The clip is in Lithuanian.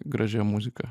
gražia muzika